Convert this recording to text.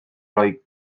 roi